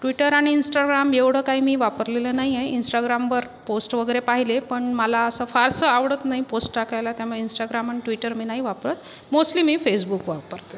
Twitter आणि Instagram एवढं मी काही वापरलेलं नाही आहे इन्स्टाग्रामवर पोस्ट वगैरे पाहिले पण मला असं फारसं आवडत नाही पोस्ट टाकायला त्यामुळे इन्स्टाग्राम अन् ट्विटर मी नाही वापरत मोसली मी फेसबुक वापरते